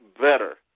better